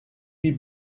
have